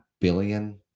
billion